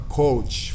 coach